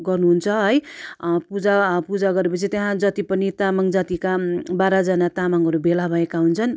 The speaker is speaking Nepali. गर्नु हुन्छ है पूजा पूजा गरे पछि त्यहाँ जति पनि तामाङ जातिका बाह्र जाना तामाङहरू भेला भएका हुन्छन्